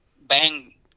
bang